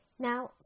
Now